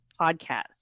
podcast